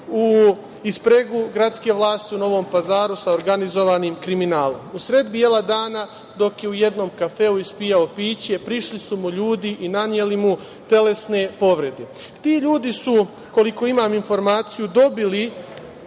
i spregu gradske vlasti u Novom Pazaru sa organizovanim kriminalom, usred bela dana, dok je u jednom kafeu ispijao piće, prišli su mu ljudi i naneli mu telesne povrede. Ti ljudi su, koliko imam informaciju, dobili